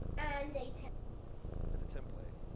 and and a template.